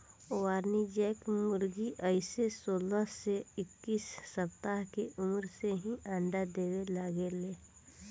वाणिज्यिक मुर्गी अइसे सोलह से इक्कीस सप्ताह के उम्र से ही अंडा देवे लागे ले